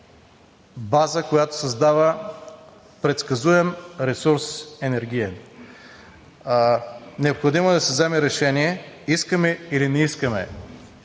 база, която създава предсказуем енергиен ресурс. Необходимо е да се вземе решение искаме или не искаме